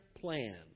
plan